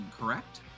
correct